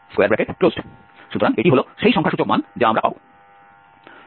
সুতরাং এটি হল সেই সংখ্যাসূচক মান যা আমরা পাব